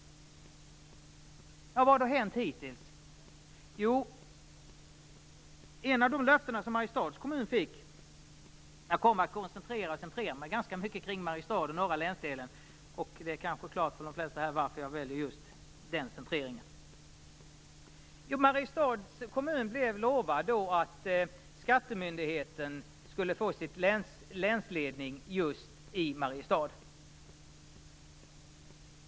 Vad har då hänt hittills? Jag kommer att koncentrera mig ganska mycket kring Mariestad och norra länsdelen, och det är kanske klart för de flesta här varför jag väljer just den centreringen. Mariestads kommun blev lovad att skattemyndigheten skulle få sin länsledning just i Mariestad.